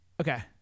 Okay